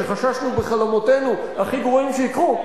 שחששנו בחלומותינו הכי גרועים שיקרו,